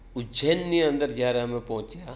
ઉજ્જૈનની અંદર જ્યારે અમે પહોંચ્યા